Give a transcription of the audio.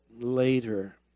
later